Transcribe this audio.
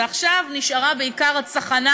ועכשיו נשארה בעיקר הצחנה